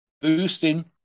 boosting